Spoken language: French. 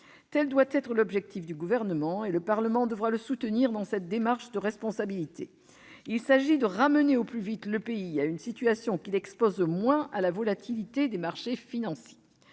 Tel doit être l'objectif du Gouvernement, et le Parlement devra le soutenir dans cette démarche de responsabilité. Il s'agit de ramener au plus vite notre pays sur un chemin qui l'expose moins à la volatilité des marchés financiers.